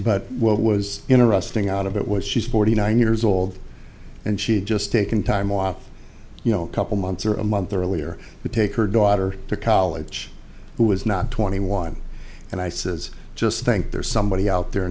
but what was interesting out of it was she's forty nine years old and she had just taken time off you know couple months or a month earlier to take her daughter to college who was not twenty one and i says just think there's somebody out there